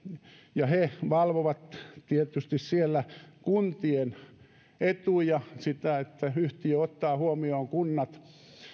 ja he valvovat tietysti siellä kuntien etuja sitä että yhtiö ottaa huomioon kunnat